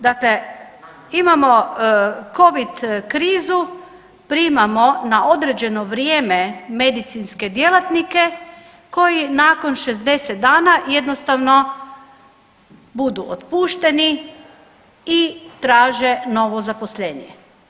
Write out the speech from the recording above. Dakle, imamo Covid krizu, primamo na određene vrijeme medicinske djelatnike koji nakon 60 dana jednostavno budu otpušteni i traže novo zaposlenje.